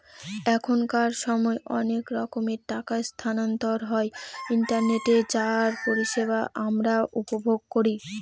এখনকার সময় অনেক রকমের টাকা স্থানান্তর হয় ইন্টারনেটে যার পরিষেবা আমরা উপভোগ করি